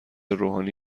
روحانی